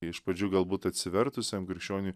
iš pradžių galbūt atsivertusiam krikščioniui